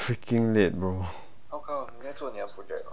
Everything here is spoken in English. freaking late bro